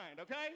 okay